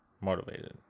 motivated